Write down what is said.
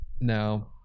now